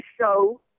show